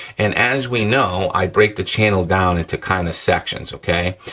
and as we know, i break the channel down into kind of sections, okay?